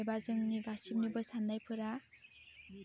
एबा जोंनि गासिबनिबो सान्नायफोरा